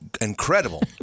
incredible